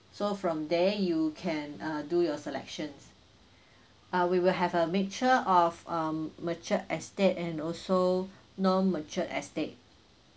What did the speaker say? so from there you can uh do your selections ah we will have a mixture of um mature estate and also non mature estate